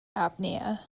apnea